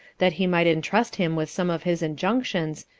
that he might intrust him with some of his injunctions,